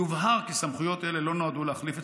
יובהר כי סמכויות אלה לא נועדו להחליף את